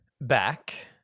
back